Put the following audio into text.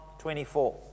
24